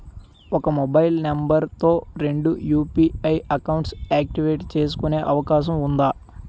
ఒక mobile number తో రెండు యు.పి.ఐ అకౌంట్స్ యాక్టివేట్ చేసుకునే అవకాశం వుందా?